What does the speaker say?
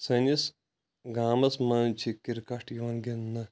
سٲنِس گامَس منٛز چھ کِرکَٹھ یِوان گِنٛدنہٕ